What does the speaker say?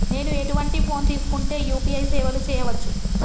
నేను ఎటువంటి ఫోన్ తీసుకుంటే యూ.పీ.ఐ సేవలు చేయవచ్చు?